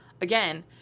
Again